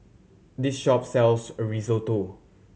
this shop sells Risotto